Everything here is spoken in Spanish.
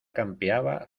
campeaba